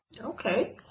Okay